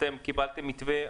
אתם קיבלתם מתווה?